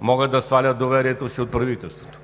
могат да свалят доверието си от правителството.